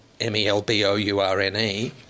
M-E-L-B-O-U-R-N-E